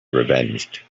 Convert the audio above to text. revenged